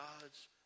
God's